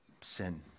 sin